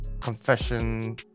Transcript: confession